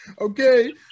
okay